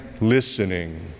listening